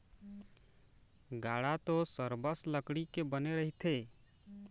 गाड़ा तो सरबस लकड़ी के बने रहिथे